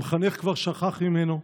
המחנך כבר שכח ממנו.